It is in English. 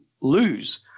lose